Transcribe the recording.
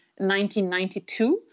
1992